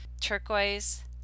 turquoise